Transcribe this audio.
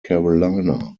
carolina